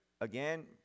again